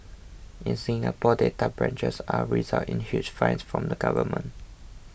in Singapore data breaches are result in huge fines from the government